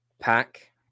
pack